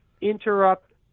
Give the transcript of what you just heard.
interrupt